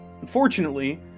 unfortunately